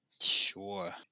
Sure